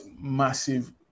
massive